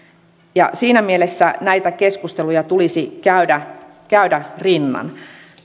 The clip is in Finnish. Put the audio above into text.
ja siinä mielessä näitä keskusteluja tulisi käydä käydä rinnan